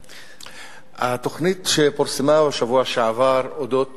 התוכנית שפורסמה בשבוע שעבר על אודות